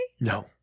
No